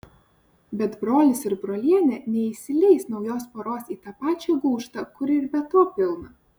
bet brolis ir brolienė neįsileis naujos poros į tą pačią gūžtą kur ir be to pilna